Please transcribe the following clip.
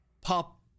pop